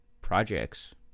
projects